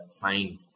fine